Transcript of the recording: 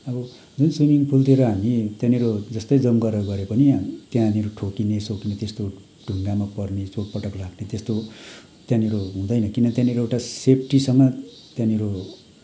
अब जुन स्विमिङ पुलतिर हामी त्यहाँनिर जस्तै जम्प गरेर गरे पनि त्यहाँनिर ठोक्किने सोक्किने त्यस्तो ढुङ्गामा पर्ने चोटपटक लाग्ने त्यस्तो त्यहाँनिर हुँदैन किन त्यहाँनिर एउटा सेफ्टीसँग त्यहाँनिर